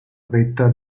vetta